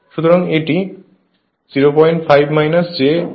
সুতরাং এটি 05 j0866 ampere